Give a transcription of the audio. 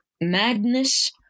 madness